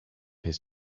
his